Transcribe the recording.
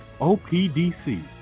OPDC